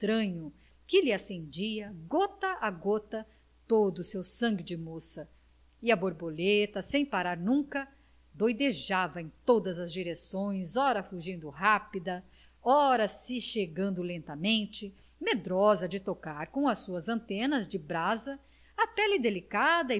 estranho que lhe acendia gota a gota todo o seu sangue de moça e a borboleta sem parar nunca doidejava em todas as direções ora fugindo rápida ora se chegando lentamente medrosa de tocar com as suas antenas de brasa a pele delicada